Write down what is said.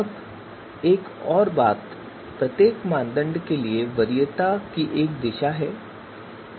अब एक और बात प्रत्येक मानदंड के लिए वरीयता दिशा है